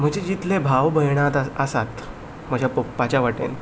म्हजे जितले भाव भयण आसात म्हज्या पप्पाचे वटेन